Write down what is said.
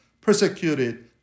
persecuted